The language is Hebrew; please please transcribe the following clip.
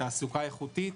תעסוקה איכותית.